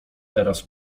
teraz